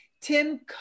Tim